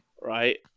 right